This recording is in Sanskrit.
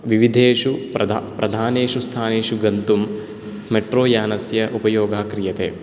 विविधेषु प्रधा प्रधानेषु स्थानेषु गन्तुं मेट्रोयानस्य उपयोगः क्रियते